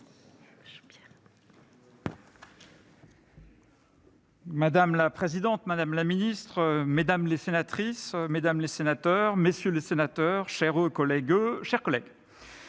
Madame la présidente, madame la secrétaire d'État, mesdames les sénatrices, mesdames les sénateurs, messieurs les sénateurs, chères collègues,